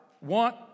want